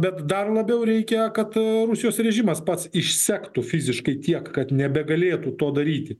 bet dar labiau reikia kad rusijos režimas pats išsektų fiziškai tiek kad nebegalėtų to daryti